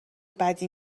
بدی